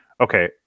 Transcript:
Okay